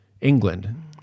England